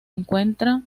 encuentra